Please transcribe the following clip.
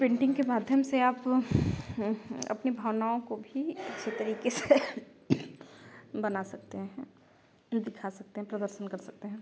painting के माध्यम से आप अपनी भावनाओं को भी अच्छे तरीके से बना सकते हैं दिखा सकते हैं प्रदर्शन कर सकते हैं